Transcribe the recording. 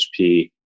HP